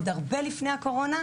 וזה עוד הרבה לפני הקורונה.